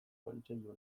kontseilu